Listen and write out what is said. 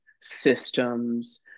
systems